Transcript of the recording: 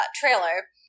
trailer